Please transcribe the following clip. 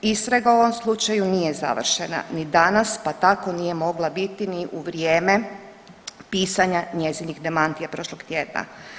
Istraga u ovom slučaju nije završena ni danas, pa tako nije mogla biti ni u vrijeme pisanja njezinih demantija prošlog tjedna.